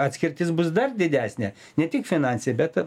atskirtis bus dar didesnė ne tik finansinė bet ir